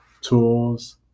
Tools